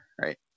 Right